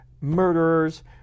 murderers